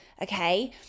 okay